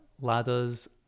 ladders